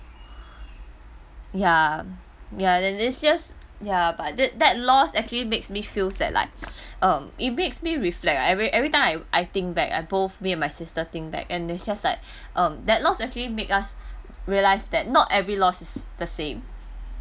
ya ya that it just ya but that that lost actually makes me feels that like um it makes me reflect every every time I I think back both me and my sister think back and its just like um that lost actually make us realize that not every lost is the same